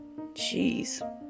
Jeez